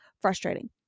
frustrating